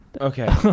Okay